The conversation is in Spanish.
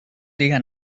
diga